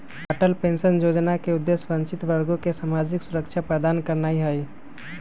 Atal pension जोजना के उद्देश्य वंचित वर्गों के सामाजिक सुरक्षा प्रदान करनाइ हइ